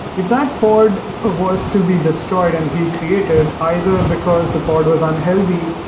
if that pod ah was to be destroyed and recreated, either because the pod was unhealthy,